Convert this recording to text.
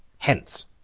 hence!